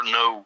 no